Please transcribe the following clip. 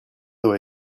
doit